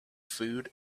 food